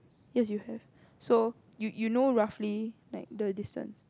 yes you have so you you know roughly like the distance